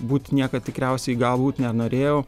būt niekad tikriausiai galbūt nenorėjau